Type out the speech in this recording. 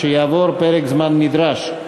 כשיעבור פרק הזמן הנדרש.